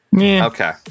Okay